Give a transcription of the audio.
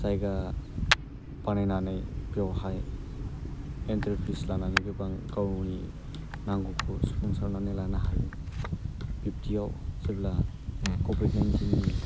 जायगा बानायनानै बेवहाय इन्ट्रि फिस लानानै गोबां गावनि नांगौखौ सुफुंसारनानै लानो हायो बिबदियाव जेब्ला कभिड नाइन्टिननि